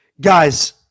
Guys